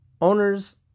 owners